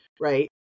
right